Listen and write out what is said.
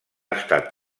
estat